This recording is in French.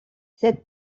cette